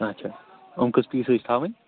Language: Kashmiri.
اَچھا یِم کٔژ پیٖس حظ چھِ تھاوٕنۍ